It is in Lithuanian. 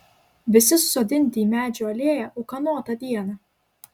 visi susodinti į medžių alėją ūkanotą dieną